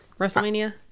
WrestleMania